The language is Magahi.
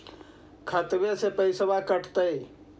खतबे से पैसबा कटतय?